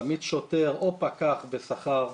להעמיד או שוטר או פקח בשכר,